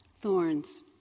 Thorns